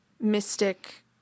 mystic